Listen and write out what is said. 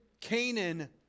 Canaan